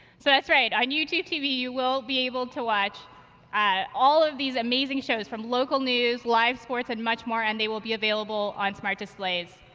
so that's right. on youtube tv you will be able to watch all of these amazing shows, from local news, live sports, and much more, and they will be available on smart displays.